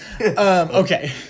Okay